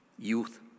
youth